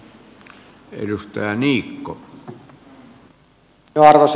arvoisa puhemies